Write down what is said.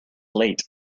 late